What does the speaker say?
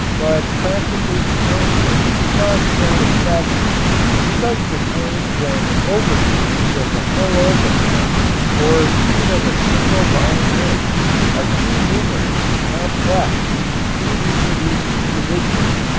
but practically the tone was not satisfactory because the tones and overtones of a full orchestra or even of a single violin are too numerous and complex to be reproduced individually.